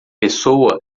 pessoa